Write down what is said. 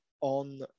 on